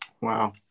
wow